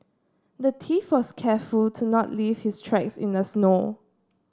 the thief was careful to not leave his tracks in the snow